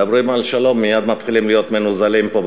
מדברים על שלום מייד מתחילים להיות מנוזלים פה,